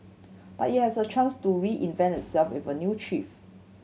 but it has a chance to reinvent itself with a new chief